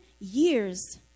years